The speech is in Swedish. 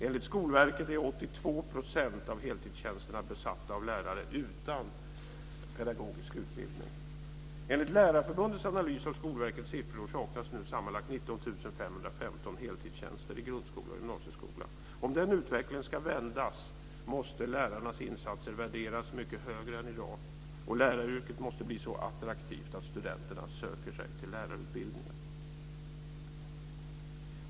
Enligt Skolverket är 82 % av heltidstjänsterna besatta av lärare utan pedagogisk utbildning. Enligt Lärarförbundets analys av Skolverkets siffror saknas nu sammanlagt 19 515 heltidstjänster i grundskola och gymnasieskola. Om den utvecklingen ska vändas måste lärarnas insatser värderas mycket högre än i dag, och läraryrket måste bli så attraktivt att studenterna söker sig till lärarutbildningen.